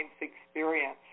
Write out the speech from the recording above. experience